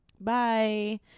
bye